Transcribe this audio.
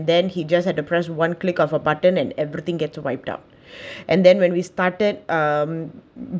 then he just had to press one click of a button and everything gets wiped up and then when we started um